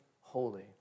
holy